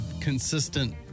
consistent